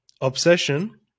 obsession